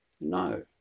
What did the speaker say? No